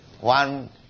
one